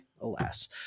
Alas